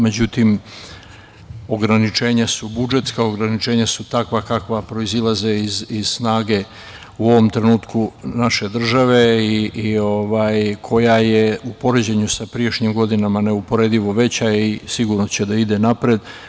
Međutim, ograničenja su budžetska, ograničenja su takva kakva proizilaze iz snage u ovom trenutku naše države i koja je u poređenju sa pređašnjim godinama neuporedivo veća i sigurno će da ide napred.